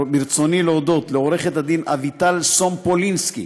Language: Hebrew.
ברצוני להודות לעורכת-הדין אביטל סומפולינסקי